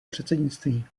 předsednictví